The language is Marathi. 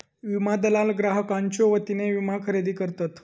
विमा दलाल ग्राहकांच्यो वतीने विमा खरेदी करतत